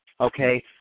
okay